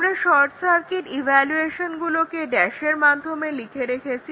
আমরা short circuit ইভালুয়েশনগুলোকে ড্যাশের মাধ্যমে লিখে রেখেছি